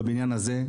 בבניין הזה,